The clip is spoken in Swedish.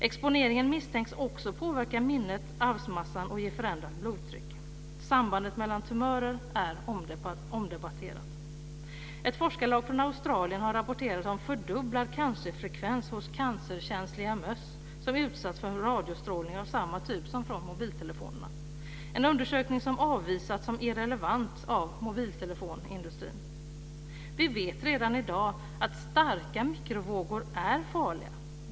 Exponeringen misstänks också påverka minnet och arvsmassan samt ge förändrat blodtryck. Sambandet med tumörer är omdebatterat. Ett forskarlag från Australien har rapporterat om fördubblad cancerfrekvens hos cancerkänsliga möss som utsatts för radiostrålning av samma typ som från mobiltelefonerna - en undersökning som avvisats som irrelevant av mobiltelefonindustrin. Vi vet redan i dag att starka mikrovågor är farliga.